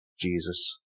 Jesus